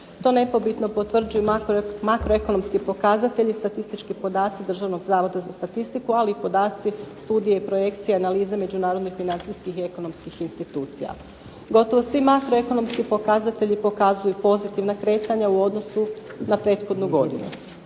To nepobitno potvrđuju makroekonomski pokazatelji i statistički podaci Državnog zavoda za statistiku ali i podaci, studije i projekcije analize međunarodnih financijskih i ekonomskih institucija. Gotovo svi makroekonomski pokazatelji pokazuju pozitivna kretanja u odnosu na prethodnu godinu.